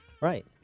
Right